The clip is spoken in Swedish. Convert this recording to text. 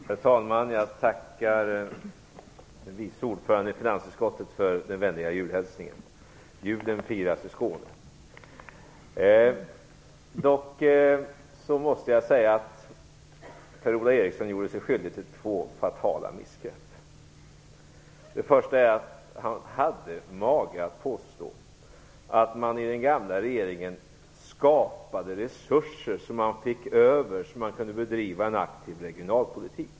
Herr talman! Jag tackar vice ordföranden i finansutskottet för den vänliga julhälsningen. Julen firas i Skåne. Dock måste jag säga att Per-Ola Eriksson gjorde sig skyldig till två fatala missgrepp. Det första var att han hade mage att påstå att man i den gamla regeringen skapade resurser så att man fick resurser över och kunde bedriva en aktiv regionalpolitik.